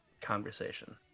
conversation